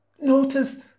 Notice